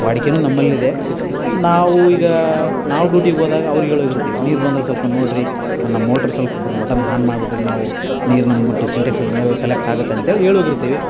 ವಾಡಿಕೆನೂ ನಮ್ಮಲ್ಲಿದೆ ನಾವು ಈಗ ನಾವು ಡ್ಯೂಟಿಗೆ ಹೋದಾಗ ಅವ್ರಿಗೆ ಹೇಳೋಗಿರ್ತೀವಿ ನೀರು ಬಂದರೆ ಸ್ವಲ್ಪ ನೋಡಿರಿ ನಮ್ಮ ಮೊಟ್ರು ಸ್ವಲ್ಪ ಬಂದು ಬಟನ್ ಹಾನ್ ಮಾಡ್ಬಿಡ್ರಿ ನಾವು ನೀರು ನಮ್ಮ ಟ ಸಿಂಟೆಕ್ಸಲ್ಲಿ ನೀರು ಕಲೆಕ್ಟಾಗುತ್ತೆ ಅಂತೇಳಿ ಹೇಳೋಗಿರ್ತೀವಿ